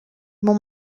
mon